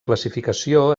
classificació